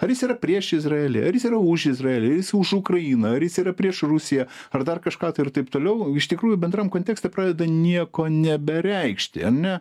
ar jis yra prieš izraelį ar jis yra už izraelį ar jisai už ukrainą ar jis yra prieš rusiją ar dar kažką tai ir taip toliau o iš tikrųjų bendram kontekste pradeda nieko nebereikšti ane